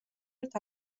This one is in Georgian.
ერთ